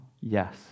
Yes